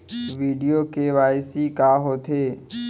video KYC का होथे